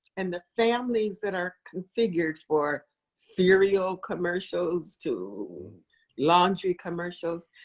and the families that are configured for cereal commercials to laundry commercials,